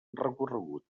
recorregut